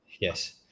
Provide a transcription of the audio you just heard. yes